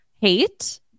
hate